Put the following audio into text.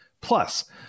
Plus